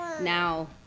now